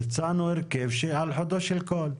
הצענו הרכב שיהיה על חודו של קול.